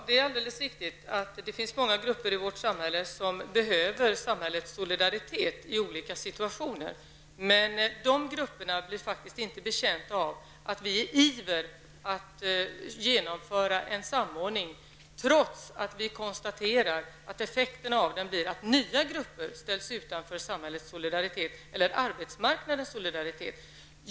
Herr talman! Det är riktigt att det finns många grupper i vårt samhälle som behöver samhällets solidaritet i olika situationer. Dessa grupper är inte betjänta av att vi i ren iver genomför en samordning. Effekterna blir då bara att nya grupper ställs utanför arbetsmarknadens solidaritet.